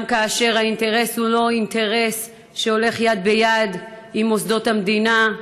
גם כאשר האינטרס הוא לא אינטרס שהולך יד ביד עם מוסדות המדינה,